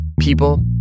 people